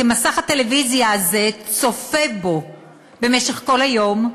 כי מסך הטלוויזיה הזה צופה בו במשך כל היום,